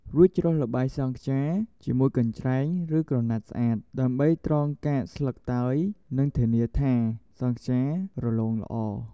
រួច ច្រោះល្បាយសង់ខ្យាជាមួយកញ្ច្រែង ឬក្រណាត់ស្អាត ដើម្បីត្រងកាកស្លឹកតើយនិងធានាថាសង់ខ្យារលោងល្អ។